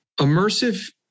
Immersive